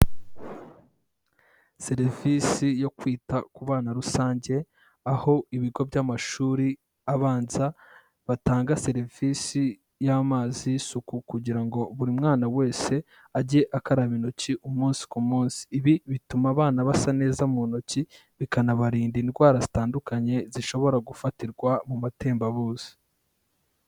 Serivisi yo kwita ku bana rusange, aho ibigo by'amashuri abanza batanga serivisi y'amazi y'isuku kugira ngo buri mwana wese age akaraba intoki umunsi ku munsi, ibi bituma abana basa neza mu ntoki bikanabarinda indwara zitandukanye zishobora gufatirwa mu matembabuzi.